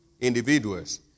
individuals